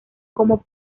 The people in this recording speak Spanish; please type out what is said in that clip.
como